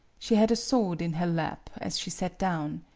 she had a sword in her lap as she sat down.